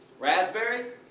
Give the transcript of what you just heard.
raspberries?